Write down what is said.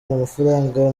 amafaranga